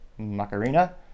Macarena